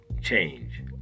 change